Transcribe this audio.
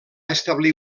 establir